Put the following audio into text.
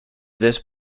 this